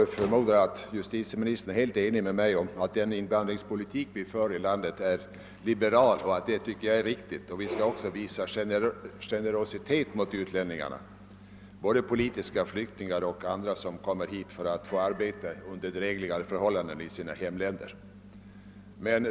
Jag förmodar att justitieministern är helt överens med mig om att den invandringspolitik som vi för i vårt land är liberal. Jag tycker också att detta är riktigt. Vi skall visa generositet mot utlänningar, både mot politiska flyktingar och mot sådana som kommer till 5Sverige för att få arbeta under drägligare förhållanden än i sina hemländer.